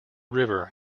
river